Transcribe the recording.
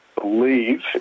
believe